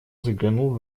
заглянул